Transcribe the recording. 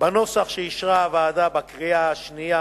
בנוסח שאישרה הוועדה בקריאה שנייה